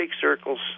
circles